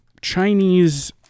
Chinese